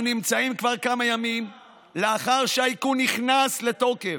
אנחנו נמצאים כבר כמה ימים לאחר שהאיכון נכנס לתוקף.